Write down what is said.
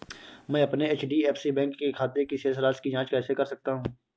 मैं अपने HDFC bank के खाते की शेष राशि की जाँच कैसे कर सकता हूँ?